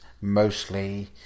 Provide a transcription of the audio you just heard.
mostly